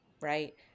right